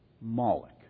Moloch